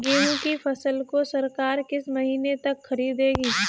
गेहूँ की फसल को सरकार किस महीने तक खरीदेगी?